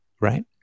right